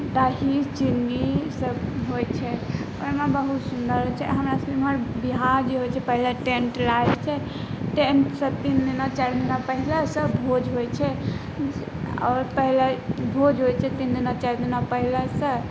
दही चीनी होइ छै ओहिमे बहुत सुन्दर होइ छै हमरा सबके एमहर बियाह जे होइ छै पहिले टेन्ट लागै छै टेन्टसँ तीन दिना चारि दिना पहिलेसँ भोज होइ छै आओर पहिले भोज होइ छै तीन दिना चारि दिना पहिलेसँ